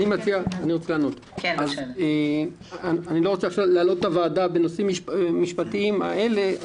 אני לא רוצה עכשיו להלאות את הוועדה בנושאים המשפטיים האלה.